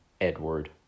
Edward